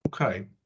okay